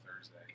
Thursday